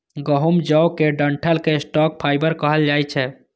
गहूम, जौ के डंठल कें स्टॉक फाइबर कहल जाइ छै